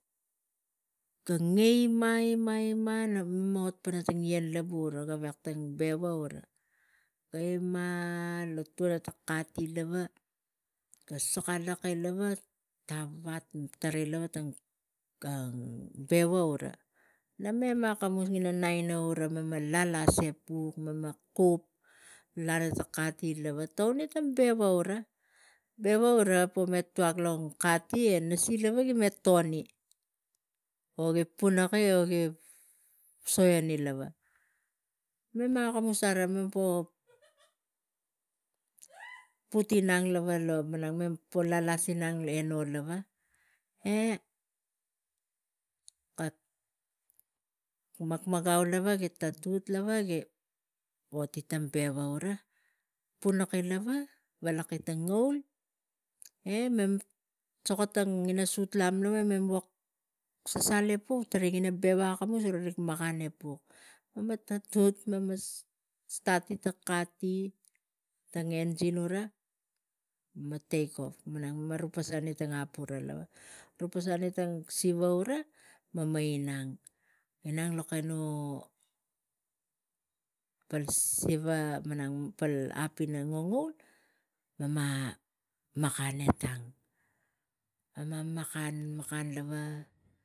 Ga ngai ina ina ina nak ot pana tang ngien lava uva gavek tang beva uva ga ima lo tuoma ta kati lava ta kati lava ga suka alaki lava tavat tarai lava tobeva uva namem akamus ngina naina uva mema 'uva la las apuk mem kup lana ta kati lava tauni ta beva uva pome tuak lo kati ena si lava gi mw toni eh gi pinaku eh gi so ini lava mem a kamus tara mem poh put inang eno malang mem poh lelas inang eh kak makmagau gi tatut lava ot ta beva uva pimaki lava valaki tang ngaul mem suka tangina sut lam sasal epuk tarai ngina beva akamus uva rik makan epuk mem tatut mema atuk tapangai ta kati tang masin mema rupisani tang siva eh mema inang lokam pal siva ina ngangaul eh mema makan etang.